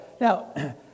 now